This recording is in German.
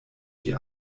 die